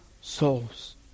souls